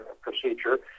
procedure